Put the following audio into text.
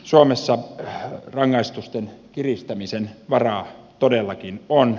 suomessa rangaistusten kiristämisen varaa todellakin on